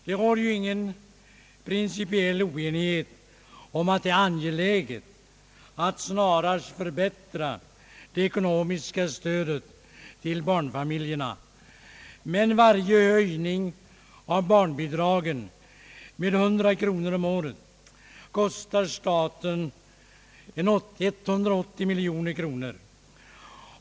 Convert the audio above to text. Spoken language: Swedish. Det råder ju ingen principiell oenighet om att det är angeläget att snarast förbättra det ekonomiska stödet till barnfamiljerna, men varje höjning av barnbidragern med 100 kronor om året kostar staten 180 miljoner kronor.